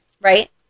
Right